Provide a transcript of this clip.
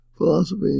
Philosophy